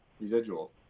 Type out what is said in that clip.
residual